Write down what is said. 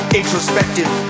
introspective